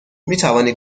میتوانی